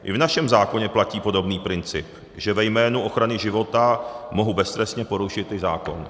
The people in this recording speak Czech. I v našem zákoně platí podobný princip, že ve jménu ochrany života mohu beztrestně porušit i zákon.